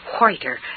whiter